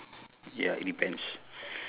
ya events